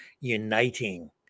uniting